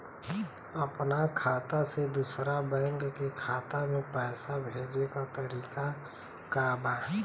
अपना खाता से दूसरा बैंक के खाता में पैसा भेजे के तरीका का बा?